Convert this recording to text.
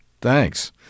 Thanks